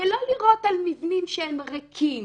ולא לירות על מבנים כשהם ריקים.